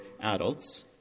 adults